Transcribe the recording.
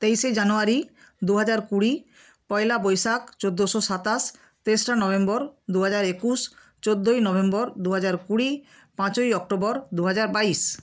তেইশে জানুয়ারি দু হাজার কুড়ি পয়লা বৈশাখ চৌদ্দশো সাতাশ তেসরা নভেম্বর দু হাজার একুশ চৌদ্দই নভেম্বর দু হাজার কুড়ি পাঁচই অক্টোবর দু হাজার বাইশ